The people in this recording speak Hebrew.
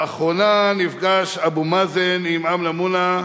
לאחרונה נפגש אבו מאזן עם אמנה מונא,